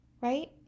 right